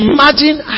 Imagine